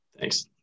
Thanks